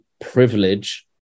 privilege